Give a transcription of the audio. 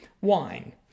wine